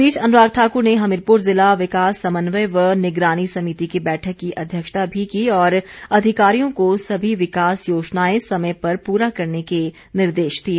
इस बीच अनुराग ठाक्र ने हमीरपुर ज़िला विकास समन्वय व निगरानी समिति की बैठक की अध्यक्षता भी की और अधिकारियों को सभी विकास योजनाएं समय पर पूरा करने के निर्देश दिए